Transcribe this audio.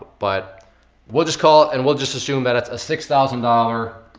but we'll just call it and we'll just assume that it's a six thousand dollars